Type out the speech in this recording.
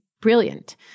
brilliant